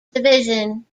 division